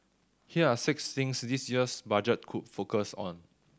here are six things this year's Budget could focus on